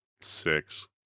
six